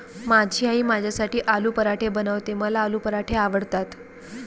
माझी आई माझ्यासाठी आलू पराठे बनवते, मला आलू पराठे आवडतात